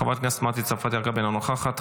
חברת הכנסת יסמין פרידמן, אינה נוכחת,